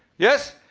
yes?